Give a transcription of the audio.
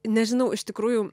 nežinau iš tikrųjų